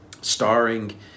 starring